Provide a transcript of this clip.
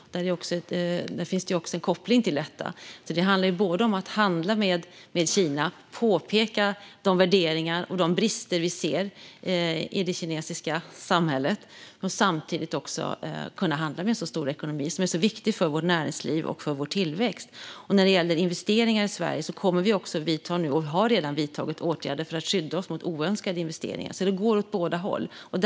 Där finns en koppling till detta. Det handlar både om att handla med Kina och om att peka på de värderingar och brister som vi ser i det kinesiska samhället. Vi måste kunna handla med en så stor ekonomi, som är så viktig för vårt näringsliv och vår tillväxt. När det gäller investeringar i Sverige kommer vi att vidta och har redan vidtagit åtgärder för att skydda oss mot oönskade investeringar. Det går åt båda hållen.